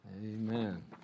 Amen